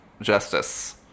justice